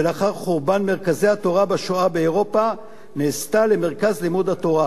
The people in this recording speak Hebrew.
שלאחר חורבן מרכזי התורה בשואה באירופה נעשתה למרכז לימוד התורה.